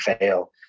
fail